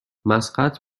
مسقط